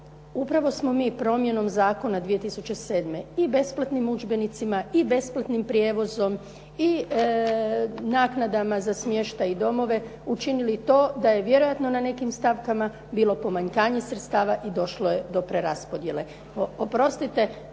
Upravo smo mi promjenom zakona 2007. i besplatnim udžbenicima i besplatnim prijevozom i naknadama za smještaj i domove učinili to da je vjerojatno na nekim stavkama bilo pomanjkanje sredstava i došlo je do preraspodjele.